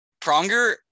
Pronger